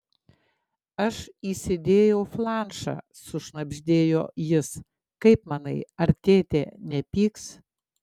aš įsidėjau flanšą sušnabždėjo jis kaip manai ar tėtė nepyks